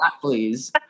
please